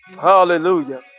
hallelujah